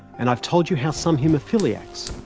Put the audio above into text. and i've told you how some haemophiliacs,